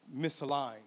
misaligned